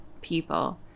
people